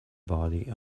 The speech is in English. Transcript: body